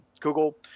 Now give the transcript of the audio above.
Google